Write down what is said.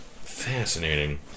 Fascinating